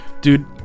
Dude